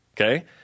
okay